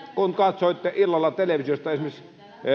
kun katsoitte illalla televisiosta esimerkiksi